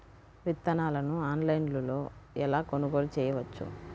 విత్తనాలను ఆన్లైనులో ఎలా కొనుగోలు చేయవచ్చు?